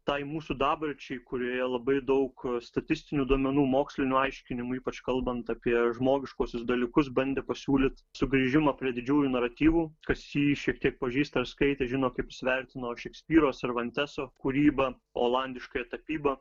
tai mūsų dabarčiai kurioje labai daug statistinių duomenų mokslinių aiškinimų ypač kalbant apie žmogiškuosius dalykus bandė pasiūlyt sugrįžimą prie didžiųjų naratyvų kas jį šiek tiek pažįsta ar skaitė žino kaip jis svertino šekspyro servanteso kūrybą olandiškąją tapybą